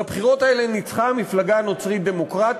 בבחירות האלה ניצחה המפלגה הנוצרית-דמוקרטית,